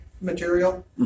material